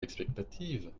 l’expectative